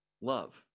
love